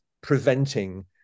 preventing